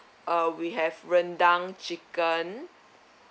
uh we have rendang chicken